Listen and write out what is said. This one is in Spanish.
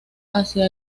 hacia